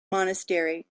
monastery